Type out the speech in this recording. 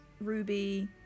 ruby